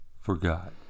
Forgot